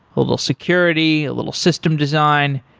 a little security, a little system design.